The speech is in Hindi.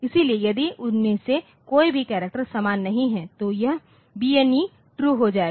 इसलिए यदि उनमें से कोई भी करैक्टरसमान नहीं है तो यह BNE ट्रू हो जायेगा